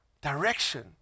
direction